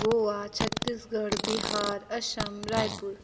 Goa Chhattisgarh Bihar Assam Raipur